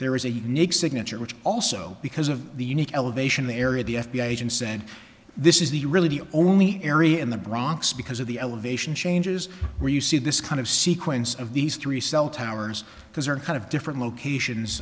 there is a unique signature which also because of the unique elevation area the f b i agent said this is the really the only area in the bronx because of the elevation changes where you see this kind of sequence of these three cell towers because they're kind of different locations